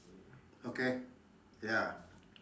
okay ya